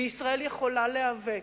וישראל יכולה להיאבק,